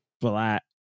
Black